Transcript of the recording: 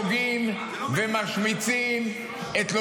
רוצים לעצור בן אדם ולתת לו את הזכויות שלו.